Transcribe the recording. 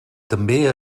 també